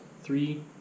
three